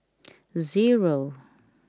zero